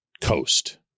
coast